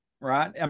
Right